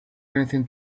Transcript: anything